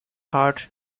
heart